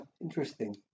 interesting